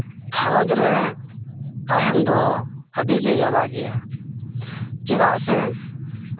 ᱜᱷᱟᱨᱚᱧᱡᱽ ᱨᱮ ᱛᱟᱦᱮᱱ ᱫᱚ ᱟᱹᱰᱤᱜᱮ ᱡᱟᱞᱟ ᱜᱮᱭᱟ ᱪᱮᱫᱟᱜ ᱥᱮ